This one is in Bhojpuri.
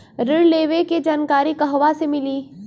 ऋण लेवे के जानकारी कहवा से मिली?